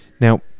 Now